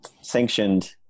sanctioned